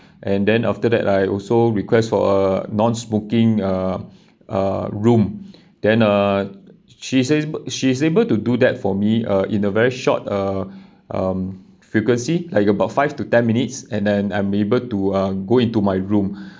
and then after that I also request for a non-smoking uh room then uh she says she's able to do that for me uh in a very short uh um frequency like about five to ten minutes and then I'm able to uh go into my room